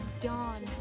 dawn